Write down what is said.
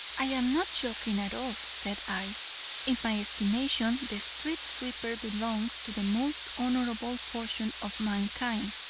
i am not joking at all, said i in my estimation, the street-sweeper belongs to the most honorable portion of mankind.